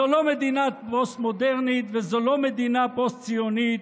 זו לא מדינה פוסט-מודרנית וזו לא מדינה פוסט-ציונית.